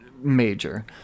major